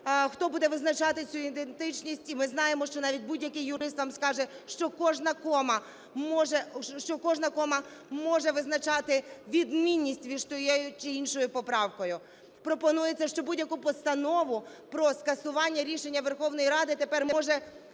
хто буде визначати цю ідентичність, і ми знаємо, що навіть будь-який юрист вам скаже, що кожна кома може визначати відмінність між тією чи іншою поправкою. Пропонується, що будь-яку постанову про скасування рішення Верховної Ради тепер може